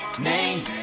name